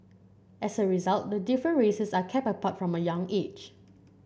as a result the different races are kept apart from a young age